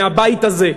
מהבית הזה.